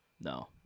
No